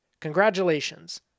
Congratulations